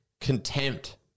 contempt